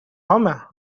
home